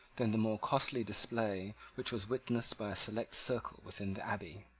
than the more costly display which was witnessed by a select circle within the abbey.